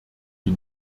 die